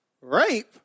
Rape